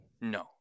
No